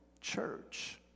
church